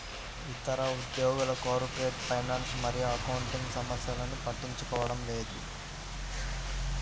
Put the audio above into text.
ఇతర ఉద్యోగులు corporate finance మరియు అకౌంటింగ్ సమస్యలను పట్టించుకోవడం లేదు